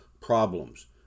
problems